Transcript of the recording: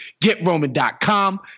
GetRoman.com